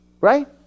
Right